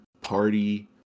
party